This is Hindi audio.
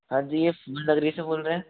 हाँ जी ये फुल नगरी से बोल रहे हैं